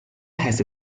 has